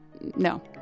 no